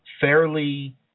fairly